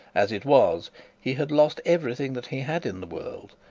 as it was he had lost everything that he had in the world,